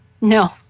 No